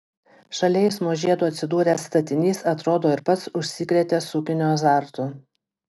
šalia eismo žiedo atsidūręs statinys atrodo ir pats užsikrėtė sukinio azartu